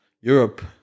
Europe